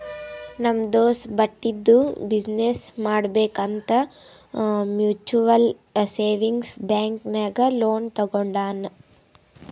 ನಮ್ ದೋಸ್ತ ಬಟ್ಟಿದು ಬಿಸಿನ್ನೆಸ್ ಮಾಡ್ಬೇಕ್ ಅಂತ್ ಮ್ಯುಚುವಲ್ ಸೇವಿಂಗ್ಸ್ ಬ್ಯಾಂಕ್ ನಾಗ್ ಲೋನ್ ತಗೊಂಡಾನ್